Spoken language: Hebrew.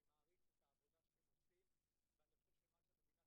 אני מעריץ את העבודה שאתם עושים ואני חושב שמה שמדינת